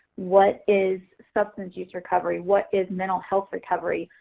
what is substance use recovery? what is mental health recovery?